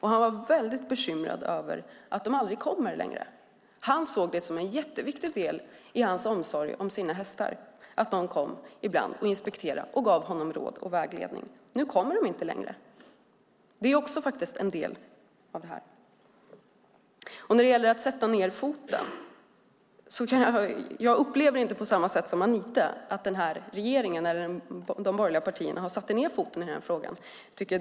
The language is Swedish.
Han var bekymrad över att inspektörerna inte längre kommer. Han såg inspektionerna då han fick råd och vägledning som en viktig del i omsorgen om hästarna. Det är också en del av detta. Jag upplever inte på samma sätt som Anita att de borgerliga partierna har satt ned foten i minkfrågan.